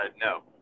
No